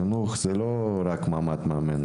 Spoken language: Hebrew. החינוך לא תלוי רק במעמד המאמן,